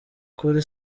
kuri